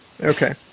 Okay